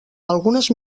algunes